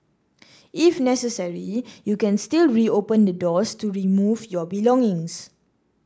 if necessary you can still reopen the doors to remove your belongings